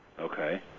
Okay